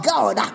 God